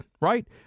right